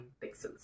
pixels